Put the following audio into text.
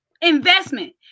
Investment